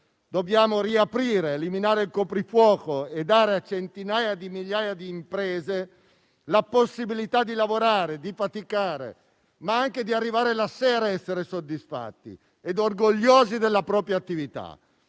Dobbiamo riaprire, eliminare il coprifuoco e dare a centinaia di migliaia di imprese la possibilità di lavorare, di faticare, ma anche di arrivare la sera ad essere soddisfatti ed orgogliosi della propria attività.